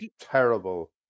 terrible